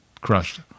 crushed